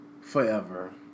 forever